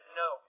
no